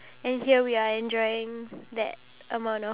is that considered wrong